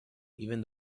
even